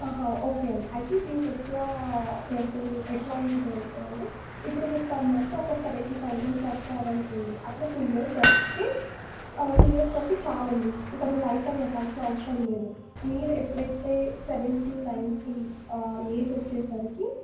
okay అండి అయితే దీనికి ఎట్లా పెడు ఎట్లా ఉంటుంది అంటే అండి ఇప్పుడు పర్ మంత్ ఒక సెవంటీ థౌసండ్ కట్టారు అనుకోండి అట్లా టూ ఇయర్స్ కడితే టూ ఇయర్స్ కడితే చాలు అండి ఇంకా మీ లైఫ్ టైం కట్టాల్సిన అవసరం లేదు మీరు ఎప్పుడైతే సెవెంటీ నైంటీ ఆ ఏజ్ వచ్చేసరికి